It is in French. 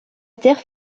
terre